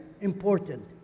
important